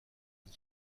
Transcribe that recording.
une